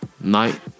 night